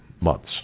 months